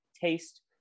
taste